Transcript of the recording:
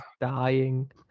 dying